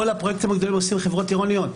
את כל הפרויקטים הגדולים עושות חברות עירוניות.